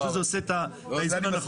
אני אחרי זה עושה את האיזון הנכון.